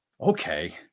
okay